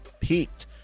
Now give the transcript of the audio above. peaked